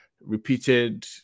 repeated